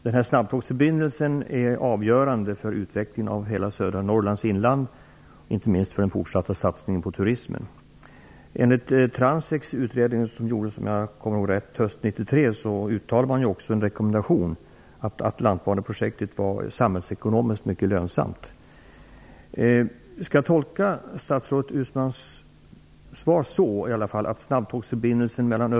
Den här snabbtågsförbindelsen är avgörande för utvecklingen av hela södra Norrlands inland, inte minst för den fortsatta satsningen på turismen. I Transeks utredning från hösten 1993, om jag minns rätt, uttalade man också en rekommendation om att Atlantbaneprojektet är samhällsekonomiskt mycket lönsamt.